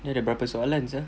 dia ada berapa soalan sia